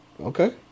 Okay